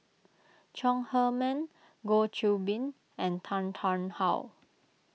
Chong Heman Goh Qiu Bin and Tan Tarn How